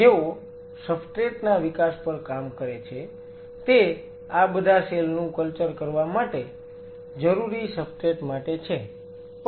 જેઓ સબસ્ટ્રેટ ના વિકાસ પર કામ કરે છે તે આ બધા સેલ નું કલ્ચર કરવા માટે જરૂરી સબસ્ટ્રેટ માટે છે